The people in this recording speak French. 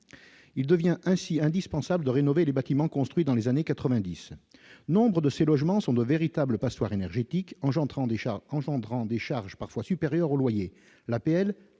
il devient ainsi indispensable de rénover les bâtiments construits dans les années 90 Nombre de ces logements sont de véritables passoires énergétiques engendrant des chars, engendrant des charges parfois supérieurs aux loyers l'APL,